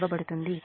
ఇవ్వబడుతుంది